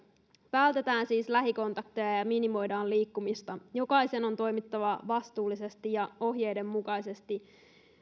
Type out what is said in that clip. vältetään siis lähikontakteja ja ja minimoidaan liikkumista jokaisen on toimittava vastuullisesti ja ohjeiden mukaisesti